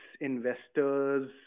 investors